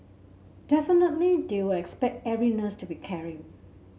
definitely they will expect every nurse to be caring